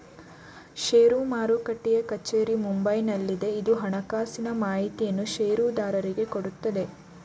ಷೇರು ಮಾರುಟ್ಟೆಯ ಕಚೇರಿ ಮುಂಬೈನಲ್ಲಿದೆ, ಇದು ಹಣಕಾಸಿನ ಮಾಹಿತಿಯನ್ನು ಷೇರುದಾರರಿಗೆ ಕೊಡುತ್ತದೆ